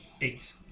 Eight